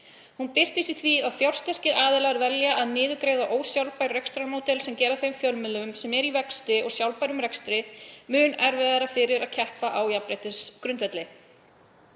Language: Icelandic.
Hún birtist í því að fjársterkir aðilar velja að niðurgreiða ósjálfbær rekstrarmódel sem gerir þeim fjölmiðlum sem eru í vexti og sjálfbærum rekstri mun erfiðara fyrir að keppa á jafnréttisgrundvelli.“